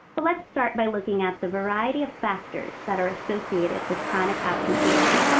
let's start by looking at the variety of factors that are associated with chronic absenteeism.